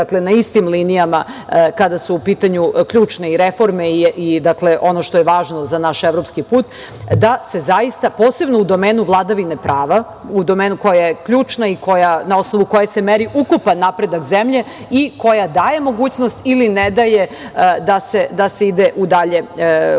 na istim linijama kada su u pitanju ključne reforme i ono što je važno za naš evropski put, da se zaista, posebno u domenu vladavine prava, u domenu koja je ključna i na osnovu koje se meri ukupan napredak zemlje i koja daje mogućnost ili ne daje da se ide u dalje pristupne